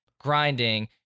grinding